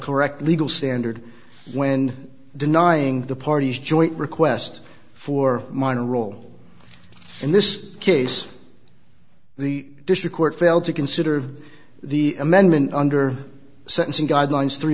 correct legal standard when denying the party's joint request for minor role in this case the district court failed to consider the amendment under sentencing guidelines three